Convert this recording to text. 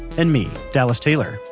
and me, dallas taylor.